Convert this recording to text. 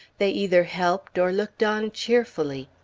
they either helped, or looked on cheerfully.